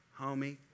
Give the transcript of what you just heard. homie